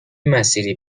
مسیری